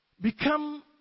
become